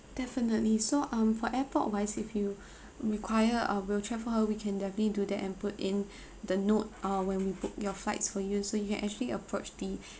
definitely so um for airport wise if you require a wheelchair for her we can definitely do that and put in the note uh when we book your flights for you so you can actually approach the